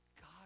God